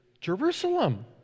Jerusalem